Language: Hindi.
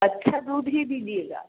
अच्छा दूध ही दीजिएगा